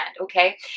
okay